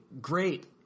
great